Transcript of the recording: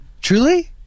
Truly